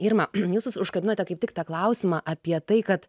irma jūsus užkabinote kaip tik tą klausimą apie tai kad